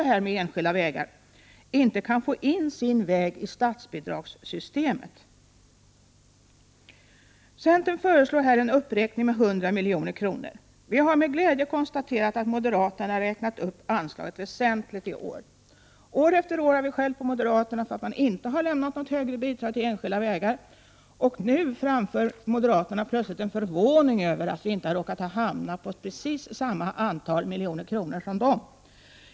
1988/89:107 = attförstå problemet med enskilda vägar inte kan få vägen in i statsbidragssys Centern föreslår en uppräkning av anslaget med 100 milj.kr. Vi har med glädje konstaterat att moderaterna har räknat upp anslaget väsentligt i år. År efter år har vi skällt på moderaterna för att de inte har lämnat något högre bidrag till enskilda vägar, och nu är moderaterna plötsligt förvånade över att vi inte har råkat hamna på precis samma antal miljoner kronor som de.